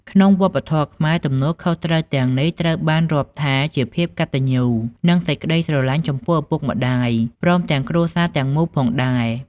ក្នុងវប្បធម៌ខ្មែរ ទំនួលខុសត្រូវទាំងនេះ ត្រូវបានរាប់ថាជាភាពកត្តញ្ញូ និងសេចក្ដីស្រឡាញ់ចំពោះឪពុកម្ដាយ ព្រមទាំងគ្រួសារទាំងមូលផងដែរ។